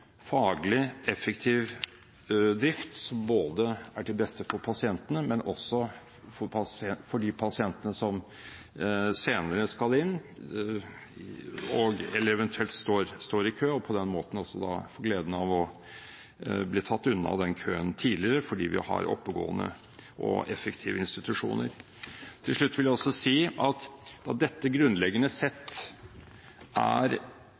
faglig og effektiv drift, som er til beste både for pasientene og for de pasientene som senere skal inn og eventuelt står i kø, og som på den måten får gleden av å bli tatt unna den køen tidligere fordi vi har oppegående og effektive institusjoner. Til slutt vil jeg også si at siden dette grunnleggende sett er